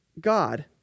God